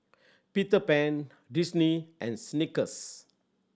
Peter Pan Disney and Snickers